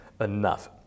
enough